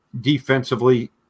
defensively